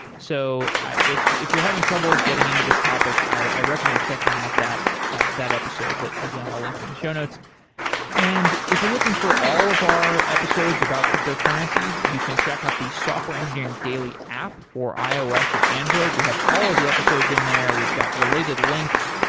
so if if you're having trouble getting into this topic, i recommend checking out that that episode that again, i'll link to in the show notes and if you're looking for all of our episodes about cryptocurrencies, you can check out the software engineering daily app for ios, or android. we have all of the episodes in there. we've got related links,